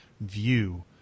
view